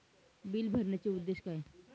Bill भरण्याचे उद्देश काय?